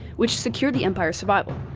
which secured the empire's survival.